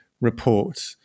report